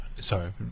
Sorry